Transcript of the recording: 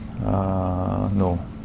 No